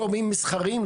גורמים מסחריים,